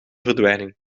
verdwijning